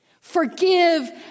forgive